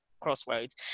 crossroads